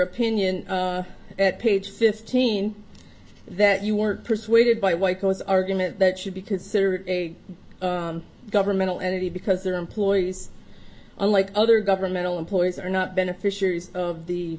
opinion at page fifteen that you were persuaded by white coats argument that should be considered a governmental entity because their employees unlike other governmental employees are not beneficiaries of the